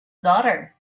daughter